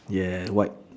yeah white